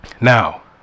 Now